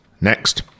Next